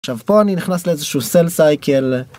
-שיו פה אני נכנס לאיזשהו sell cycle...